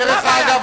מה הבעיה?